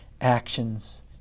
actions